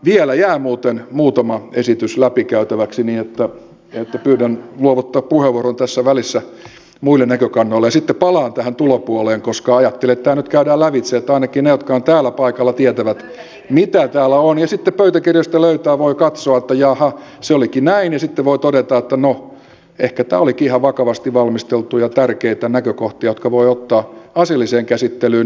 vielä jää muuten muutama esitys läpikäytäväksi niin että pyydän luovuttaa puheenvuoron tässä välissä muille näkökannoille ja sitten palaan tähän tulopuoleen koska ajattelin että tämä nyt käydään lävitse että ainakin he jotka ovat täällä paikalla tietävät mitä täällä on ja sitten pöytäkirjoista löytää voi katsoa että jaha se olikin näin ja sitten voi todeta että no ehkä nämä olivatkin ihan vakavasti valmisteltuja tärkeitä näkökohtia jotka voi ottaa asialliseen käsittelyyn